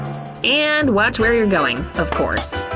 and watch where you're going, of course.